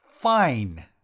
Fine